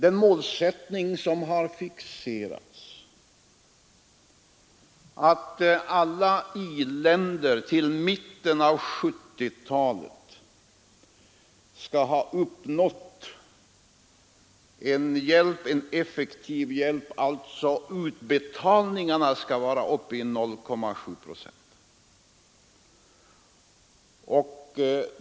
En målsättning som har fixerats är att alla i-länder till mitten av 1970-talet skall ha uppnått en effektiv hjälp så till vida att utbetalningarna skall vara uppe i 0,7 procent av bruttonationalprodukten.